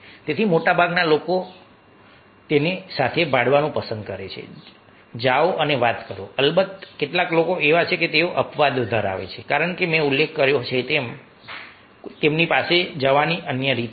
તેથી મોટાભાગના લોકો લોકો સાથે ભળવાનું પસંદ કરે છે જાઓ અને વાત કરો અલબત્ત કેટલાક લોકો એવા છે કે તેઓ અપવાદો ધરાવે છે કારણ કે મેં ઉલ્લેખ કર્યો છે કે તેમની પાસે જોવાની અન્ય રીત છે